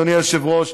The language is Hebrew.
אדוני היושב-ראש,